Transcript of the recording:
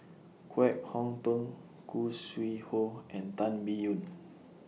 Kwek Hong Png Khoo Sui Hoe and Tan Biyun